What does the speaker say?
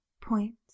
point